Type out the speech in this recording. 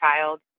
child